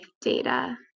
data